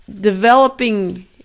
developing